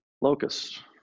Locust